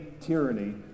tyranny